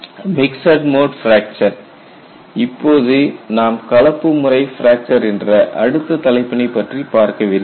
mixed mode fracture இப்போது நாம் கலப்பு முறை பிராக்சர் என்ற அடுத்த தலைப்பினை பற்றி பார்க்கவிருக்கிறோம்